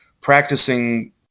practicing